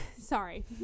Sorry